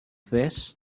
this